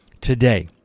Today